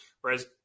Whereas